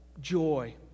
joy